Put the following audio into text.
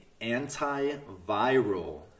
antiviral